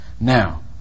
Now